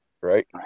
Right